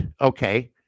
Okay